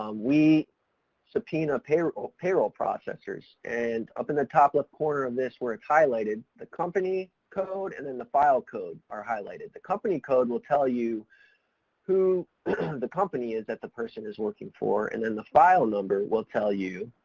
um we subpoena pay payroll processors and up in the top left corner of this where it's highlighted, the company code and then the file code are highlighted. the company code will tell you who the company is that the person is working for, and then the file number will tell you,